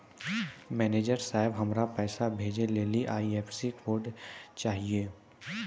manager साहब, हमरा पैसा भेजै लेली आई.एफ.एस.सी कोड चाहियो